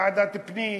ועדת פנים,